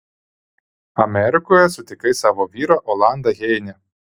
amerikoje sutikai savo vyrą olandą heine